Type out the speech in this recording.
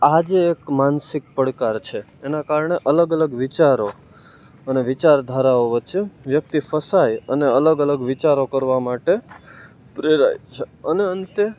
આ જે એક માનસિક પડકાર છે એનાં કારણે અલગ અલગ વિચારો અને વિચારધારાઓ વચ્ચે વ્યક્તિ ફસાય અને અલગ અલગ વિચારો કરવા માટે પ્રેરાય છે અને અંતે